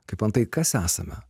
kaip antai kas esame